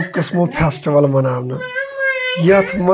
السَلامُ علیکُم اَسہِ حظ آنیاے اوترٕ